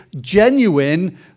genuine